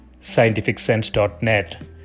scientificsense.net